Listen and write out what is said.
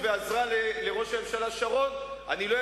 על אוסלו אני מסכים אתך.